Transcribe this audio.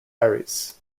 aires